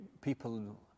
people